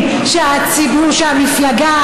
אתה בושה לבית הזה, לחברה,